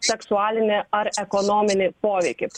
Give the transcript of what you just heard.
seksualinį ar ekonominį poveikį